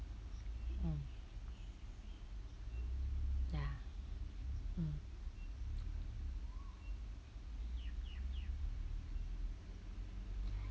mm ya mm